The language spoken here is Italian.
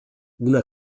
una